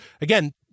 Again